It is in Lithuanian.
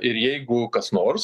ir jeigu kas nors